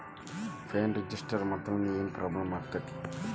ಷೇರ್ನ ರಿಜಿಸ್ಟರ್ ಮಾಡ್ಸಿಲ್ಲಂದ್ರ ಏನ್ ಪ್ರಾಬ್ಲಮ್ ಆಗತೈತಿ